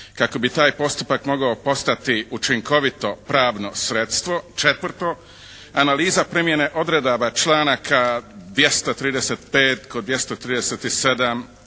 kako bi taj postupak mogao postati učinkovito pravno sredstvo. Četvrto, analiza primjene odredaba članaka 235., 237.,